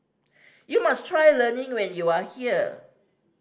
you must try lemang when you are here